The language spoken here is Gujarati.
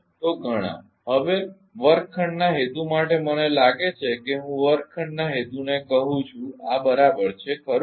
તો ઘણા હવે વર્ગખંડના હેતુ માટે મને લાગે છે કે હું વર્ગખંડના હેતુને કહું છું આ બરાબર છે ખરું ને